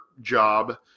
job